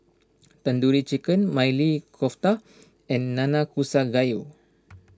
Tandoori Chicken Maili Kofta and Nanakusa Gayu